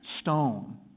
Stone